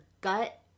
gut